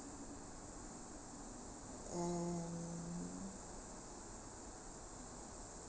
and